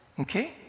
Okay